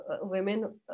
women